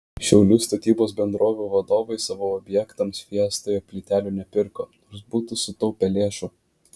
šiaulių statybos bendrovių vadovai savo objektams fiestoje plytelių nepirko nors būtų sutaupę lėšų